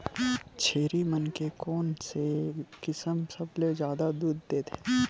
छेरी मन के कोन से किसम सबले जादा दूध देथे?